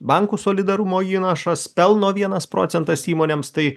bankų solidarumo įnašas pelno vienas procentas įmonėms tai